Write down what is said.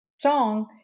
song